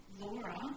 Laura